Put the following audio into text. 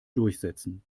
durchsetzen